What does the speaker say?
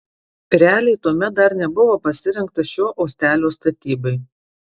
realiai tuomet dar nebuvo pasirengta šio uostelio statybai